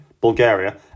Bulgaria